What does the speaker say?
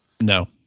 No